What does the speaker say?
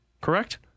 Correct